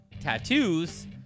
tattoos